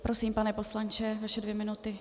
Prosím, pane poslanče, vaše dvě minuty.